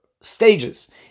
stages